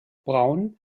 braun